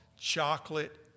Chocolate